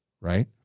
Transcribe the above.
Right